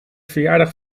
verjaardag